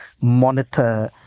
monitor